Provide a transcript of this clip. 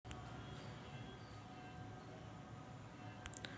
कर भरण्याने समाजाची सेवा होते